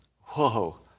Whoa